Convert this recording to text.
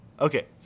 okay